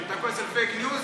אתה כועס על פייק ניוז?